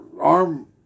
arm